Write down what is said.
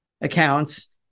accounts